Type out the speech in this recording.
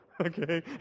okay